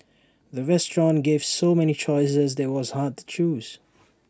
the restaurant gave so many choices that IT was hard to choose